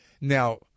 Now